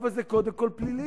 אבל זה קודם כול פלילי,